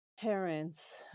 parents